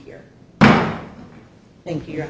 here thank you